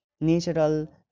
natural